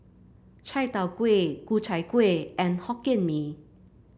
Chai Tow Kuay Ku Chai Kuih and Hokkien Mee